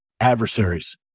adversaries